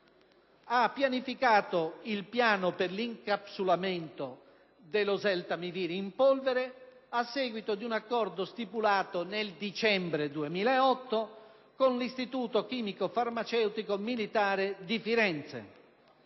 pianificato il piano per l'incapsulamento dell'oseltamivir in polvere a seguito di un accordo stipulato nel dicembre 2008 con l'Istituto chimico-farmaceutico militare di Firenze.